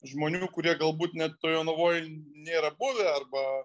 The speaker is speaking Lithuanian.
žmonių kurie galbūt net toj jonavoj nėra buvę arba